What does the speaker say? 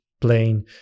plain